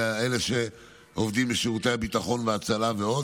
לאלה שעובדים בשירותי הביטחון וההצלה ועוד,